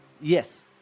Yes